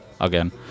again